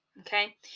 okay